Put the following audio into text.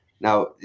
Now